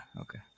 okay